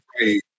right